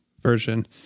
version